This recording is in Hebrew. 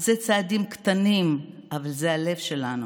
אלה צעדים קטנים, אבל זה הלב שלנו.